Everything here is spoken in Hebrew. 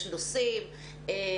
יש נושאים.